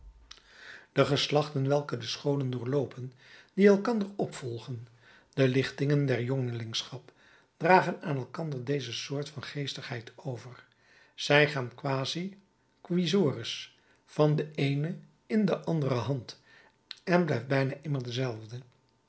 de geslachten welke de scholen doorloopen die elkander opvolgen de lichtingen der jongelingschap dragen aan elkander deze soort van geestigheid over zij gaat quasi cuisores van de eene in de andere hand en blijft bijna immer dezelfde